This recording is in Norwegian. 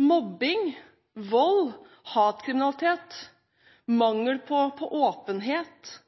Mobbing, vold, hatkriminalitet, mangel på åpenhet